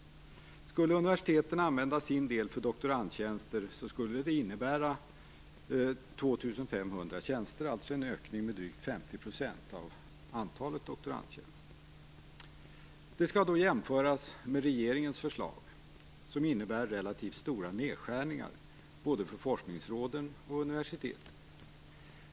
Skulle universiteten använda sin del till doktorandtjänster, skulle det innebära ytterligare 2 5000 tjänster, alltså en ökning med drygt 50 % av antalet doktorandtjänster. Detta skall då jämföras med regeringens förslag som innebär relativt stora nedskärningar både för forskningsråden och för universiteten.